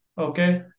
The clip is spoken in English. Okay